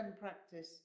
practice